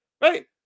right